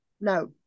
No